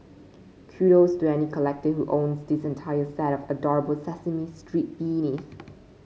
kudos to any collector who owns this entire set of adorable Sesame Street beanies